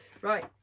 Right